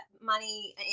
money